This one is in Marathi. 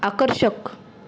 आकर्षक